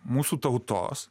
mūsų tautos